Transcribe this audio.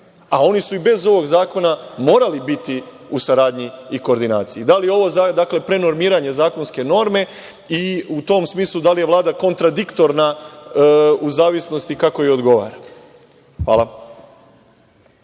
a oni su i bez ovog zakona morali biti u saradnji i koordinaciji? Da li je ovo prenormiranje zakonske norme i, u tom smislu, da li je Vlada kontradiktorna u zavisnosti kako joj odgovara? Hvala.